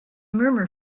murmur